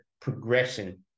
progression